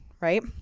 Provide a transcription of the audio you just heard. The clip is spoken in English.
right